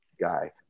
guy